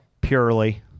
Purely